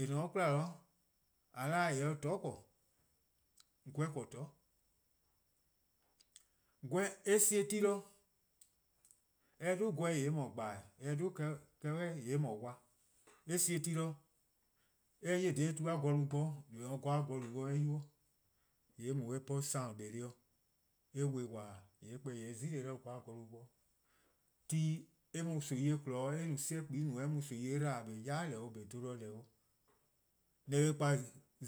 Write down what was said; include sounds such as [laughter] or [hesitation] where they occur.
:Eh :ne-a 'de 'kwla, :a 'de :eh se-a :dhororn' :korn, 'gweh korn :dhororn', 'gweh eh sie ti de, :mor eh 'dhu 'gweh :yee' eh mor :gbae', eh 'dhu [hesitation] :yee' mor wa. eh sie ti de, :mor 'ye dha tu-a gorkplu+ gboror' :eh beh gor-a gor-kplu 'o :mor eh 'ye-uh, :yee' eh mu eh 'bhorn sorn+ 'doluh:+-dih eh kpa-ih eh wa-ih :waaaa: 'ye eh kpa-eh eh zile:-eh 'de gor-gorlu 'de. Ti eh mu-a nimi-eh kpon-dih-' eh mu sobu' kpua+ no eh mu-a mimieh 'dba-dih-' :eh beh yai' deh 'o-: :eh mor 'bluhbo :deh. o, ne eh :yeh 'kpa